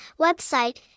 website